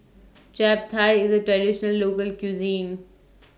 Chap Thai IS A Traditional Local Cuisine